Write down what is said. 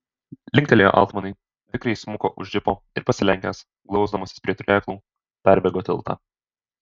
linktelėjo altmanui vikriai smuko už džipo ir pasilenkęs glausdamasis prie turėklų perbėgo tiltą